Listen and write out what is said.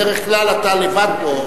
בדרך כלל אתה לבד פה,